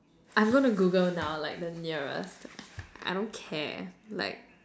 I'm gonna Google now like the nearest I don't care like